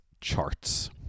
charts